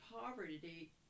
poverty